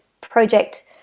project